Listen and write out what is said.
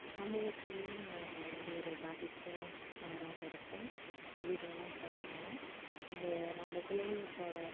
சமூகத்திலும் எந்த ஒரு பாதிப்பும் வராம இருக்கும் இந்த வீடியோலாம் போடுறதுனால அது நம்ம பிள்ளைங்க போட